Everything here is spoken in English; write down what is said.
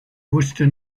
wooster